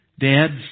Dads